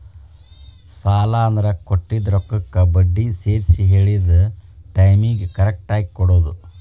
ಸಾಲ ಅಂದ್ರ ಕೊಟ್ಟಿದ್ ರೊಕ್ಕಕ್ಕ ಬಡ್ಡಿ ಸೇರ್ಸಿ ಹೇಳಿದ್ ಟೈಮಿಗಿ ಕರೆಕ್ಟಾಗಿ ಕೊಡೋದ್